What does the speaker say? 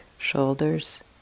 shoulders